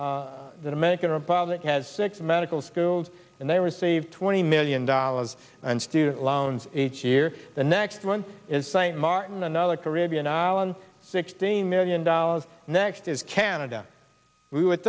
o the dominican republic has six medical schools and they receive twenty million dollars and student loans each year the next one is st martin another caribbean island sixteen million dollars next is canada we would